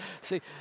see